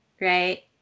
right